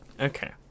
Okay